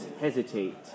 hesitate